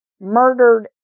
murdered